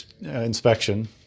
inspection